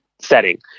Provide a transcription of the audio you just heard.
setting